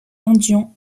indians